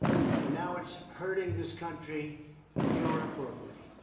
and now it's hurting this country irreparably.